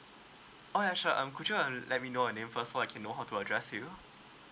oh ya sure um could you uh let me know your name first so I can know how to address you